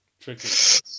Tricky